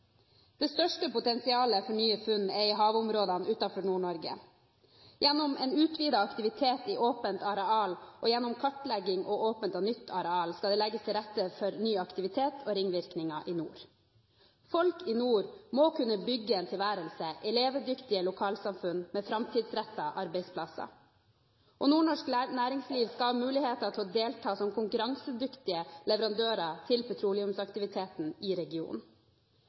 Det største potensialet for nye funn er i havområdene utenfor Nord-Norge. Gjennom en utvidet aktivitet i åpent areal og gjennom kartlegging av åpent og nytt areal skal det legges til rette for ny aktivitet og ringvirkninger i nord. Folk i nord må kunne bygge en tilværelse i levedyktige lokalsamfunn med framtidsrettede arbeidsplasser. Nordnorsk næringsliv skal ha muligheter til å delta som konkurransedyktige leverandører til petroleumsaktiviteten i regionen.